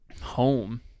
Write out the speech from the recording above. home